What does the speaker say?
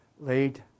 late